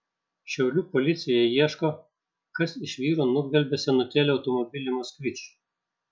šiaulių policija ieško kas iš vyro nugvelbė senutėlį automobilį moskvič